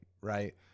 right